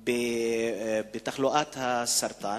על תחלואת הסרטן?